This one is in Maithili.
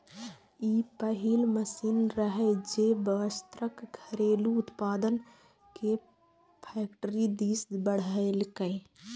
ई पहिल मशीन रहै, जे वस्त्रक घरेलू उत्पादन कें फैक्टरी दिस बढ़ेलकै